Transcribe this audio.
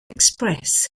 express